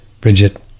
Bridget